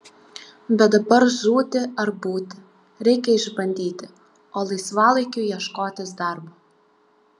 bet dabar žūti ar būti reikia išbandyti o laisvalaikiu ieškotis darbo